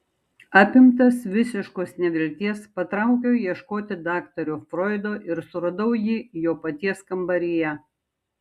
apimtas visiškos nevilties patraukiau ieškoti daktaro froido ir suradau jį jo paties kambaryje